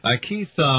Keith